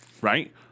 Right